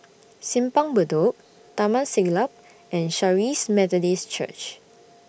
Simpang Bedok Taman Siglap and Charis Methodist Church